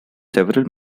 several